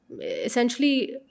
Essentially